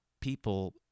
people